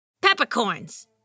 Peppercorns